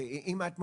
אם את מוכנה,